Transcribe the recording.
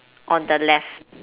on the left